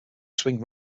swing